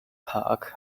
park